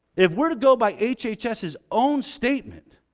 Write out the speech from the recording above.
if we're to go by hhs's own statement